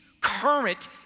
current